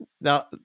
Now